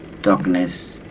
darkness